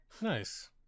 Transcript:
Nice